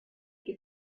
que